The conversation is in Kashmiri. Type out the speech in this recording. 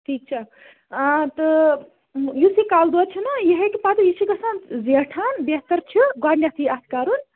ٹھیٖک چھےٚ آ تہٕ یُس یہِ کَلہٕ دود چھُ نہ یہِ ہیٚکہِ پَتہٕ یہِ چھُ گَژھان زیٹھان بہتر چھُ گۄڈنیٚتھے اتھ کَرُن